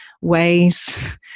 ways